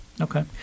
Okay